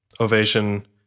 Ovation